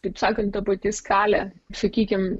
kaip sakant ta pati skalė sakykim